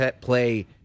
play